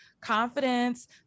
confidence